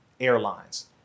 airlines